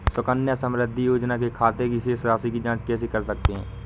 सुकन्या समृद्धि योजना के खाते की शेष राशि की जाँच कैसे कर सकते हैं?